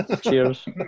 Cheers